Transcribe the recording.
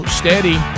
steady